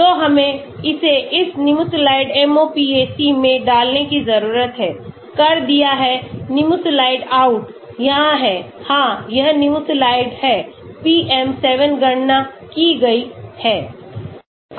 तो हमें इसे इस Nimesulide MOPAC में डालने की जरूरत है कर दिया है Nimesulide out यहाँ है हाँ यह Nimesulide है PM7 गणना की गई है